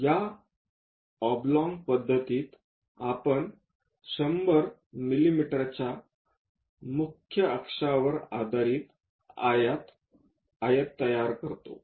या ऑबलॉंग पद्धतीत आपण 100 मिमीच्या मुख्य अक्षांवर आधारित आयत तयार करतो